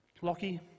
Lockie